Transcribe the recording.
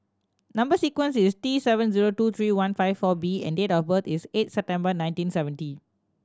number sequence is T seven zero two three one five four B and date of birth is eight September nineteen seventy